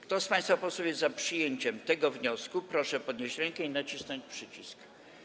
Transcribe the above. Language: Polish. Kto z państwa posłów jest za przyjęciem tego wniosku, proszę podnieść rękę i nacisnąć przycisk.